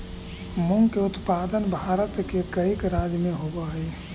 मूंग के उत्पादन भारत के कईक राज्य में होवऽ हइ